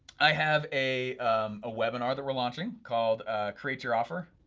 i have a ah webinar that we're launching called create your offer,